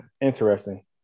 interesting